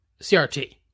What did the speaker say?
CRT